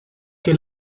que